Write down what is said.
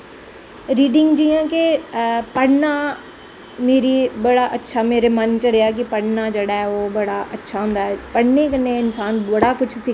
reading जियां के पढ़नां मेरे मन गी पढ़नां जेह्ड़ा ऐ बड़ाअच्छा जेह्ड़ा ऐ कि ओह् अच्चा होंदा ऐ पढ़नें कन्नैं इंसान बड़ा कुश सिखदा ऐ